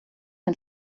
dem